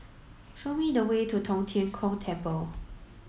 show me the way to Tong Tien Kung Temple